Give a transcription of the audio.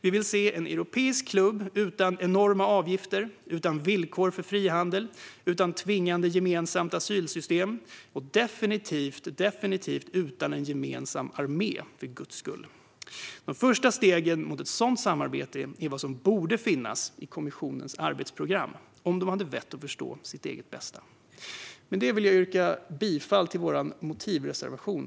Vi vill se en europeisk klubb utan enorma avgifter, utan villkor för frihandel, utan tvingande gemensamt asylsystem och definitivt utan en gemensam armé. De första stegen mot ett sånt samarbete är vad som borde finnas i kommissionens arbetsprogram, om man hade haft vett att förstå sitt eget bästa. Med detta vill jag yrka bifall till vår motivreservation.